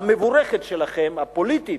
והמבורכת שלכם, הפוליטית,